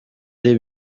ari